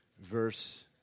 verse